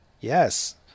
Yes